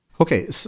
Okay